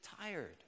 tired